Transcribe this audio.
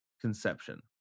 conception